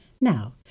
Now